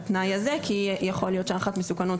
ללא התנאי זה כי יכול להיות שהערכת המסוכנות